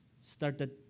started